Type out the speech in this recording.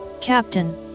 Captain